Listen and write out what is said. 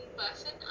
person